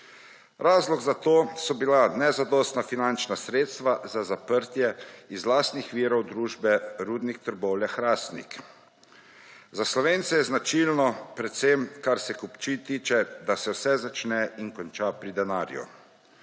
Razlog za to so bila nezadostna finančna sredstva za zaprtje iz lastnih virov družbe Rudnik Trbovlje-Hrastnik. Za Slovence je značilno, predvsem, kar se kupčij tiče, da se vse začne in konča pri denarju.